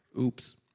Oops